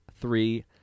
three